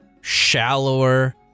shallower